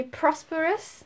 prosperous